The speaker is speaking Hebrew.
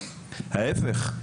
ההיפך,